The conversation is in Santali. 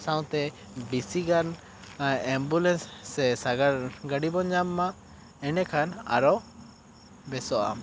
ᱥᱟᱶᱛᱮ ᱵᱮᱥᱤ ᱜᱟᱱ ᱮᱢᱵᱩᱞᱮᱱᱥ ᱥᱮ ᱥᱟᱜᱟᱲ ᱜᱟᱹᱰᱤ ᱵᱚᱱ ᱧᱟᱢ ᱢᱟ ᱮᱱᱰᱮᱠᱷᱟᱱ ᱟᱨᱚ ᱵᱮᱥᱚᱜᱼᱟ